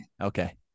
okay